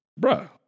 bruh